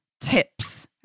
tips